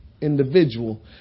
individual